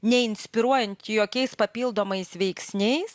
neinspiruojant jokiais papildomais veiksniais